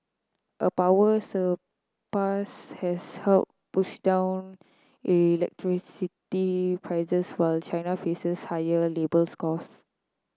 a power surplus has helped push down electricity prices while China faces higher labours costs